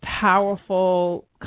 powerful